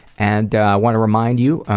and want to remind you,